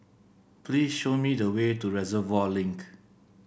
please show me the way to Reservoir Link